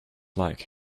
like